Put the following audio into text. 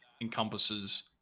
encompasses